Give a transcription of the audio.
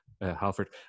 Halford